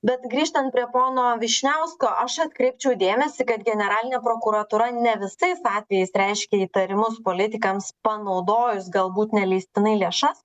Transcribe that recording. bet grįžtant prie pono vyšniausko aš atkreipčiau dėmesį kad generalinė prokuratūra ne visais atvejais reiškia įtarimus politikams panaudojus galbūt neleistinai lėšas